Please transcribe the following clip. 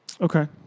Okay